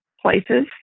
places